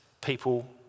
people